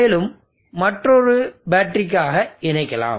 மேலும் மற்றொரு பேட்டரிக்காக இணைக்கலாம்